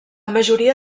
majoria